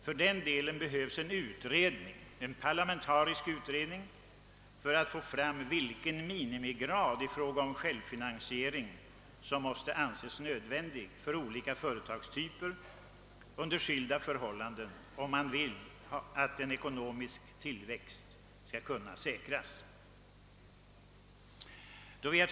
För den delen behövs en parlamentarisk utredning för att få fram vilken minimigrad i fråga om självfinansiering som måste anses nödvändig för olika företagstyper under skilda förhållanden om man vill att en ekonomisk tillväxt skall kunna säkras. Herr talman!